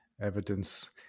evidence